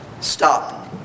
stop